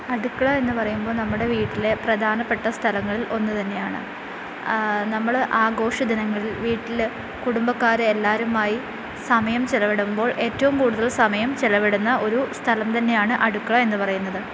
അടുക്കള എന്നുപറയുമ്പോൾ നമ്മുടെ വീട്ടിലെ പ്രധാനപ്പെട്ട സ്ഥലങ്ങളിൽ ഒന്ന് തന്നെയാണ് നമ്മൾ ആഘോഷ ദിനങ്ങളിൽ വീട്ടിൽ കുടുംബക്കാരെയെല്ലാരുമായി സമയം ചിലവിടുമ്പോൾ ഏറ്റവും കൂടുതൽ സമയം ചിലവിടുന്ന ഒരു സ്ഥലം തന്നെയാണ് അടുക്കള എന്നു പറയുന്നത്